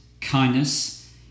kindness